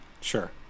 sure